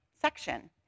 section